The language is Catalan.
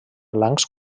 blancs